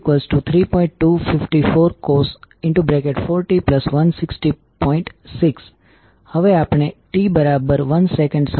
એ જ રીતે કોઇલ 2 માં કરંટ ડોટ માં પ્રવેશ કરી રહ્યો છે અને વોલ્ટેજ ની પોઝીટીવ પોલારીટી છે જ્યારે ડોટ અહી જોડાયેલ છે તે પણ પોઝીટીવ છે જ્યા ડોટ જોડાયેલ છે